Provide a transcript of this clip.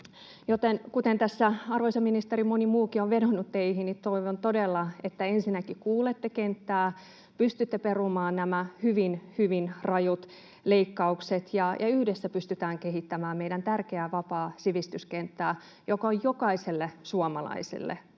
kuten tässä, arvoisa ministeri, moni muukin on vedonnut teihin, toivon todella, että ensinnäkin kuulette kenttää, pystytte perumaan nämä hyvin, hyvin rajut leikkaukset ja yhdessä pystytään kehittämään meidän tärkeää vapaata sivistyskenttää, joka on jokaiselle suomalaiselle